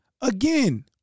again